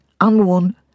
unworn